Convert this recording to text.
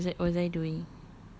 can't remember was I was I doing